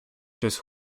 щось